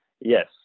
Yes